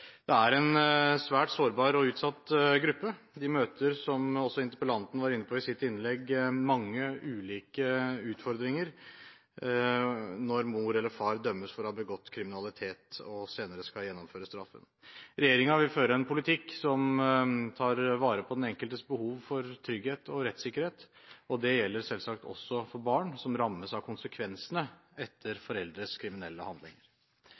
er en svært sårbar og utsatt gruppe. De møter, som også interpellanten var inne på i sitt innlegg, mange ulike utfordringer når mor eller far dømmes for å ha begått kriminalitet og senere skal gjennomføre straffen. Regjeringen vil føre en politikk som tar vare på den enkeltes behov for trygghet og rettssikkerhet, og det gjelder selvsagt også for barn som rammes av konsekvensene etter foreldres kriminelle handlinger.